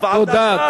תודה.